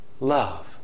Love